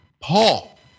Paul